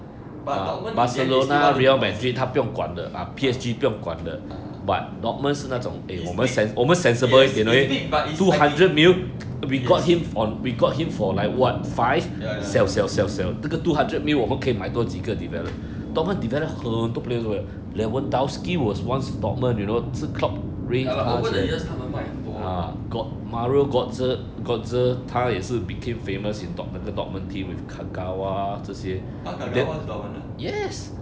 but dorman in the end still want to re~ uh uh almost is big yes is big but is I think yes ya ya ya ya ya lah over the years 他们卖很多 !huh! kagawa 是 dorman ah